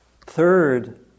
third